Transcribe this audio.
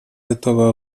готова